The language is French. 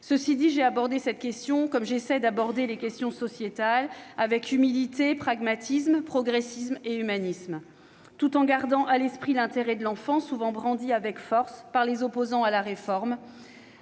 Cela étant, j'ai abordé ce sujet comme j'essaie d'aborder toutes les questions sociétales : avec humilité, pragmatisme, progressisme et humanisme. Tout en gardant à l'esprit l'intérêt de l'enfant, souvent brandi avec force par les opposants à la réforme,